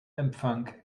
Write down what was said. empfang